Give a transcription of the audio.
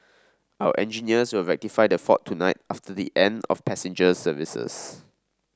our engineers will rectify the fault tonight after the end of passenger services